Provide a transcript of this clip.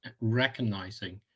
recognizing